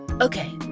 Okay